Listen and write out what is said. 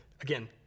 again